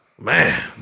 man